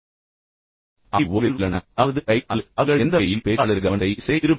அவை ஓய்வில் உள்ளன அதாவது கைகள் அல்லது கால்கள் எந்த வகையிலும் பேச்சாளரின் கவனத்தை திசை திருப்பவில்லை